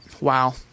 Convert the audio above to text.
Wow